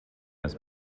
ist